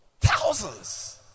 Thousands